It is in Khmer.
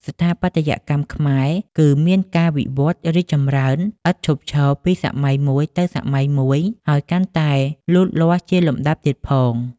ស្ថាបត្យកម្មខ្មែរ គឺ មានការវិវត្តរីកចម្រើន ឥតឈប់ឈរ ពី សម័យមួយទៅសម័យមួយ ហើយកាន់តែលូតលាស់ជាលំដាប់ទៀតផង ។